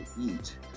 eat